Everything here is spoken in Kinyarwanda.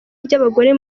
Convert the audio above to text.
ry’abagore